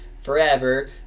forever